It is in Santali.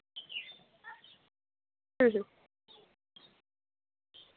ᱦᱩᱸ ᱦᱩᱸ